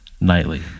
nightly